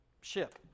ship